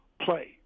play